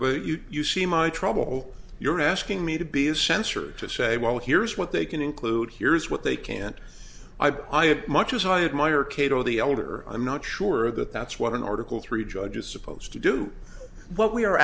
but you you see my trouble you're asking me to be a censor to say well here's what they can include here's what they can't i have much as i admire cato the elder i'm not sure that that's what an article three judge is supposed to do what we are